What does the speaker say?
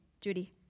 Judy